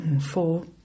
four